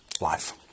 life